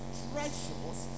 treasures